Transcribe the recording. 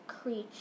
creature